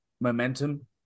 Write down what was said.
momentum